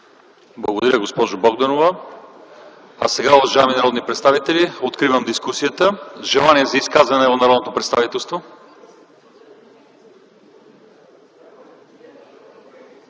Благодаря, госпожо Богданова. А сега, уважаеми народни представители, откривам дискусията. Желание за изказване от народното представителство?